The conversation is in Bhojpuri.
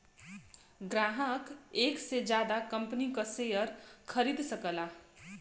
ग्राहक एक से जादा कंपनी क शेयर खरीद सकला